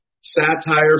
satire